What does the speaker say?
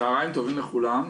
צהריים טובים לכולם,